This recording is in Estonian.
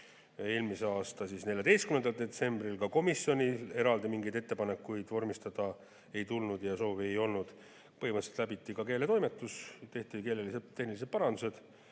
eelmise aasta 14. detsembril. Ka komisjonil eraldi mingeid ettepanekuid vormistada ei tulnud ja soove ei olnud. Põhimõtteliselt läbis eelnõu ka keeletoimetuse, tehti keelelised ja tehnilised parandused